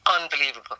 unbelievable